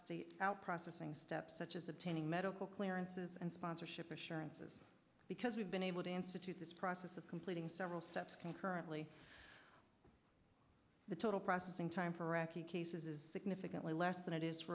the out processing steps such as obtaining medical clearances and sponsorship assurances because we've been able to answer to this process of completing several steps concurrently the total processing time for iraqi cases is significantly less than it is